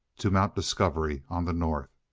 to mount discovery on the north.